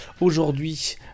aujourd'hui